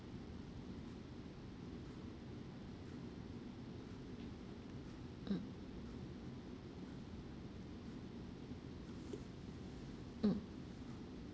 mm mm